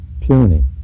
puny